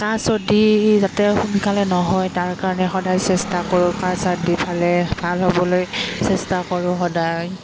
কাঁহ চৰ্দি যাতে সোনকালে নহয় তাৰ কাৰণে সদায় চেষ্টা কৰোঁ কাঁহ চৰ্দি ভালে ভাল হ'বলৈ চেষ্টা কৰোঁ সদায়